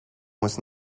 muss